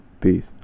Peace